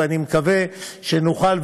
ואני מקווה שנוכל,